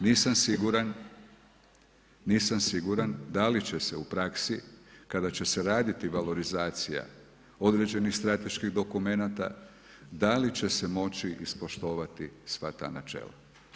Nisam siguran da li će se u praksi kada će se raditi valorizacija određenih strateških dokumenata, da li će se moći ispoštovati sva ta načela.